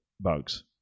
bugs